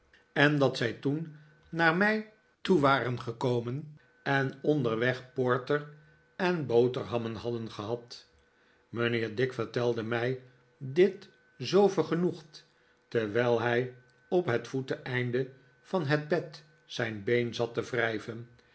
en dat zij toen naar mij toe waren gekomen en onderweg porter en boterhammen hadden gehad mijnheer dick vertelde mij dit zoo vergenoegd terwijl hij op het voeteneinde van het bed zijn been zat te wrijven